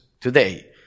today